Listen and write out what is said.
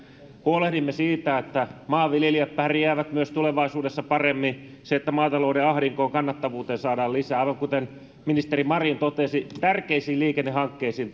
huolehdimme siitä että maanviljelijät pärjäävät myös tulevaisuudessa paremmin ja siitä että maatalouden ahdinkoon kannattavuuteen saadaan lisää aivan kuten ministeri marin totesi tärkeisiin liikennehankkeisiin